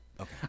Okay